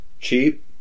cheap